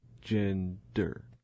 Gender